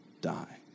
die